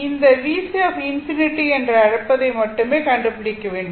அந்த VC ∞ என்று அழைப்பதை மட்டுமே கண்டுபிடிக்க வேண்டும்